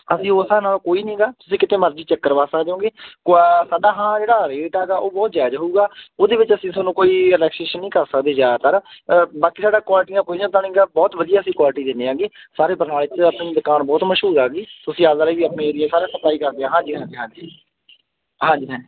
ਅਸੀਂ ਉਸੇ ਨਾਲ ਕੋਈ ਨਹੀਂ ਗਾ ਤੁਸੀਂ ਕਿੱਥੇ ਮਰਜ਼ੀ ਚੈੱਕ ਕਰਵਾ ਸਕਦੇ ਹੋਗੇ ਕੁਆ ਸਾਡਾ ਹਾਂ ਜਿਹੜਾ ਰੇਟ ਹੈਗਾ ਬਹੁਤ ਜਾਇਜ਼ ਹੋਵੇਗਾ ਉਹਦੇ ਵਿੱਚ ਅਸੀਂ ਤੁਹਾਨੂੰ ਕੋਈ ਰਿਲੈਕਸੇਸ਼ਨ ਨਹੀਂ ਕਰ ਸਕਦੇ ਜ਼ਿਆਦਾਤਰ ਬਾਕੀ ਸਾਡਾ ਕੁਆਲਿਟੀ ਵਧੀਆ ਤਾਂ ਨਹੀਂ ਬਹੁਤ ਵਧੀਆ ਸੀ ਕੁਆਲਿਟੀ ਦਿੰਦੇ ਆਂਗੀ ਸਾਰੇ ਬਰਨਾਲੇ 'ਚ ਆਪਣੀ ਦੁਕਾਨ ਬਹੁਤ ਮਸ਼ਹੂਰ ਆ ਗਈ ਤੁਸੀਂ ਆਪਦਾ ਏਰੀਆ ਸਾਰੇ ਸਪਲਾਈ ਕਰਦੇ ਆ ਹਾਂਜੀ ਹਾਂਜੀ ਹਾਂਜੀ ਹਾਂਜੀ ਹਾਂਜੀ